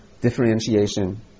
differentiation